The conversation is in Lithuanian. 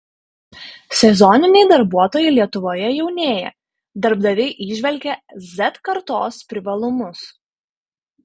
sezoniniai darbuotojai lietuvoje jaunėja darbdaviai įžvelgia z kartos privalumus